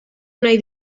nahi